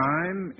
Time